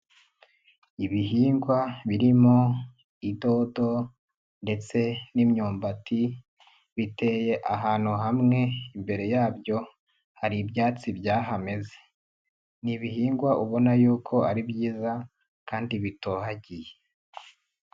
Ibihingwa birimo idodo ndetse n'imyumbati biteye ahantu hamwe imbere yabyo hari ibyatsi byahameze ni ibihingwa ubona y'uko ari byiza kandi bitohagiye.